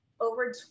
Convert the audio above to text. over